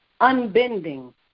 unbending